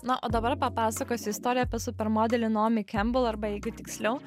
na o dabar papasakosiu istoriją apie supermodelį naomi kembel arba jeigu tiksliau